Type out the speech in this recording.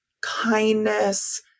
kindness